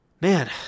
Man